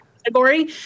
category